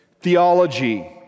theology